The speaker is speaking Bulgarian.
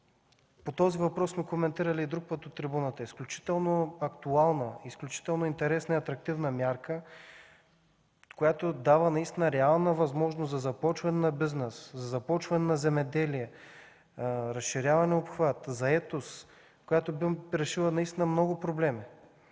По този въпрос сме коментирали и друг път от трибуната. Изключително актуална, изключителна интересна и атрактивна мярка, която наистина дава реална възможност за започване на бизнес, за започване на земеделие, разширяване на обхват, заетост, която би решила наистина много проблеми.